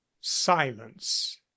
silence